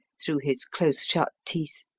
through his close-shut teeth.